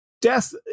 Death